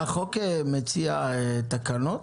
החוק מציע תקנות?